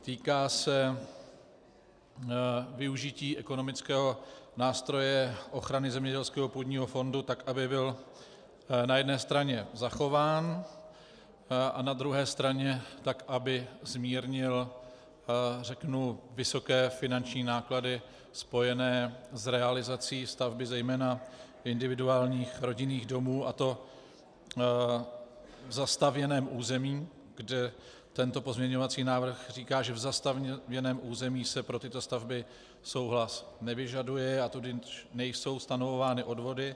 Týká se využití ekonomického nástroje ochrany zemědělského půdního fondu tak, aby byl na jedné straně zachován, a na druhé straně tak, aby zmírnil vysoké finanční náklady spojené s realizací stavby zejména individuálních rodinných domů, a to v zastavěném území, protože tento pozměňovací návrh říká, že v zastavěném území se pro tyto stavby souhlas nevyžaduje, a tudíž nejsou stanovovány odvody.